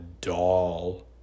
doll